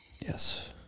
Yes